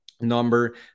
Number